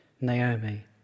Naomi